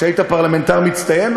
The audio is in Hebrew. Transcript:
שהיית פרלמנטר מצטיין,